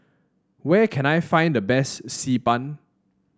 where can I find the best Xi Ban